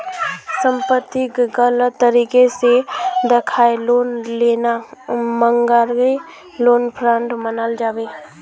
संपत्तिक गलत तरीके से दखाएँ लोन लेना मर्गागे लोन फ्रॉड मनाल जाबे